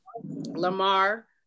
Lamar